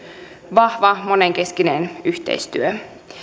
vahva monenkeskinen yhteistyö